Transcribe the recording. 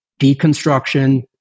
deconstruction